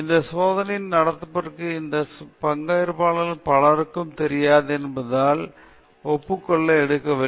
இந்த சோதனையை நடத்தியதற்கு இந்த பங்கேற்பாளர்களில் பலருக்கு தெரியாது என்பதால் எந்த ஒப்புதலும் எடுக்கப்படவில்லை